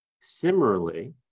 Similarly